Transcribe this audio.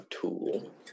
tool